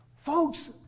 Folks